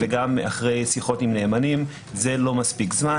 אחרי שיחות עם נאמנים חשבנו ש-12 שעות זה לא מספיק זמן.